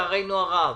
לצערנו הרב.